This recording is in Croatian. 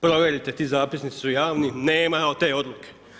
Provjerite, ti zapisnici su javni, nema te odluke.